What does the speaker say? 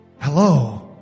Hello